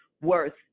worth